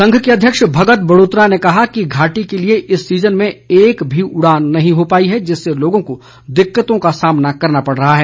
संघ के अध्यक्ष भगत बड़ोत्रा ने कहा कि घाटी के लिए इस सीजन में एक भी उड़ाने नहीं हो पाई है जिससे लोगों को दिक्कतों का सामना करना पड़ रहा है